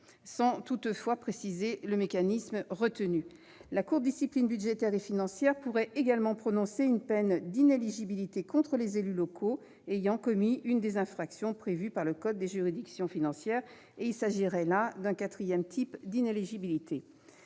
sans toutefois préciser le mécanisme retenu. La Cour de discipline budgétaire et financière pourrait également prononcer une peine d'inéligibilité contre les élus locaux ayant commis une des infractions prévues par le code des juridictions financières. Il s'agirait là d'un quatrième type d'inéligibilité.